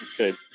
Okay